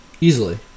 easily